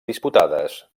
disputades